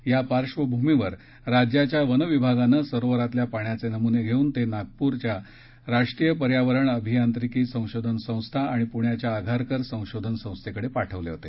या पार्श्वभूमीवर राज्याच्या वनविभागानं सरोवरातल्या पाण्याचे नमुने घेऊन ते नागपूर राष्ट्रीय पर्यावरण अभियांत्रिकी संशोधन संस्था आणि पुण्याच्या आघारकर संशोधन संस्थेकडे पाठवले होते